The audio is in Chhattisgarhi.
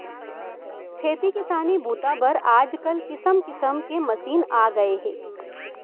खेती किसानी बूता बर आजकाल किसम किसम के मसीन आ गए हे